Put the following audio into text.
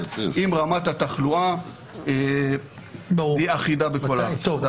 עם רמת התחלואה והיא אחידה בכל הארץ.